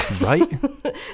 right